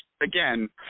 again